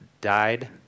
died